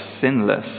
sinless